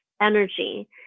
energy